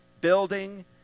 building